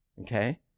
okay